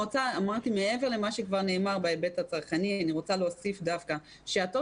מעבר למה שאמרתי בהיבט הצרכני אני רוצה להוסיף שהטוטו,